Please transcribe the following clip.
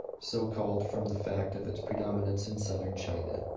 so-called from the fact of its predominance in southern china.